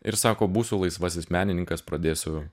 ir sako būsiu laisvasis menininkas pradėsiu